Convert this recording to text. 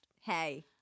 Hey